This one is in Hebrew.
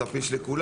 הס"פ יש לכולם.